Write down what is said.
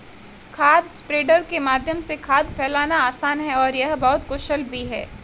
खाद स्प्रेडर के माध्यम से खाद फैलाना आसान है और यह बहुत कुशल भी है